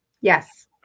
Yes